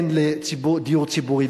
הן לדיור הציבורי.